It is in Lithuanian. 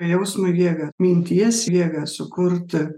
jausmui jėga minties jėga sukurti